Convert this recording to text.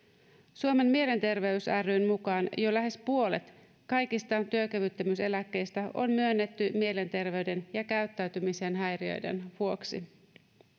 suomen mielenterveys ryn mukaan jo lähes puolet kaikista työkyvyttömyyseläkkeistä on myönnetty mielenterveyden ja käyttäytymisen häiriöiden vuoksi